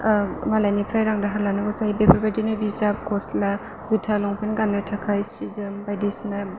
मालायनिफ्राय रां दाहार लानांगौ जायो बेफोरबायदिनो बिजाब गस्ला जुथा लंपेन्ट गाननो थाखाय सि जोम बायदिसिना